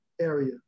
area